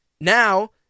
now